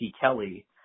Kelly